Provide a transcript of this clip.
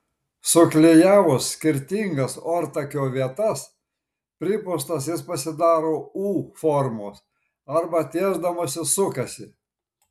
suklijavus skirtingas ortakio vietas pripūstas jis pasidaro u formos arba tiesdamasis sukasi